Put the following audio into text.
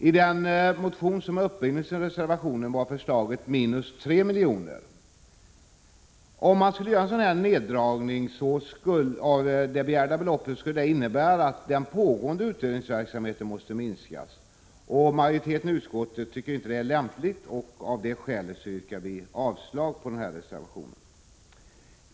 I den motion som är upprinnelsen till reservationen föreslogs minus 3 milj.kr. En neddragning av det begärda beloppet skulle innebära att den pågående utredningsverksamheten måste minskas. Eftersom utskottsmajoriteten inte ansåg att detta var lämpligt avstyrkte den motionen. Jag yrkar avslag på reservation 1.